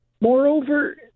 Moreover